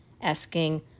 asking